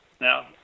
Now